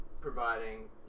providing